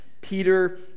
Peter